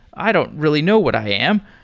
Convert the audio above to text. i don't really know what i am,